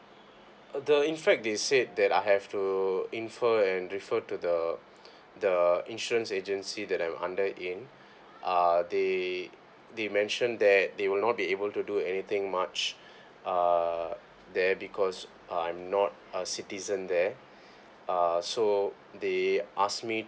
the in fact they said that I have to infer and refer to the the insurance agency that I'm under in uh they they mentioned that they will not be able to do anything much uh there because I'm not a citizen there uh so they ask me